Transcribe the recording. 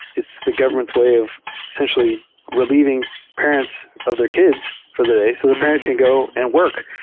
it's the government's way of essentially re lieving parents of their kids for the day so the parents can go and work.